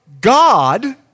God